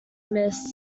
miss